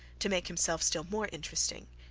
to make himself still more interesting,